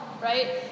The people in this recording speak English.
right